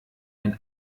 ein